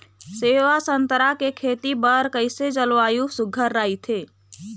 सेवा संतरा के खेती बर कइसे जलवायु सुघ्घर राईथे?